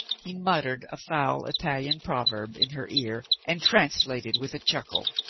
he muttered a foul ital ian proverb in her ear and translated with a chuckle.